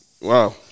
Wow